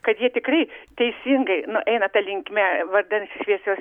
kad jie tikrai teisingai nu eina ta linkme vardan šviesios